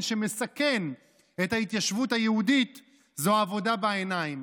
שמסכן את ההתיישבות היהודית זה עבודה בעיניים.